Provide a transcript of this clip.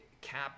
Cap